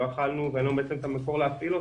אין לנו את המקור להפעיל אותם.